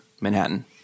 Manhattan